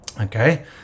okay